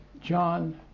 John